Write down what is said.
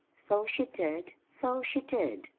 so she did, so she did!